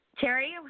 Terry